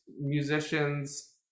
musicians